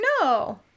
No